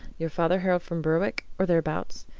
your father hailed from berwick, or thereabouts?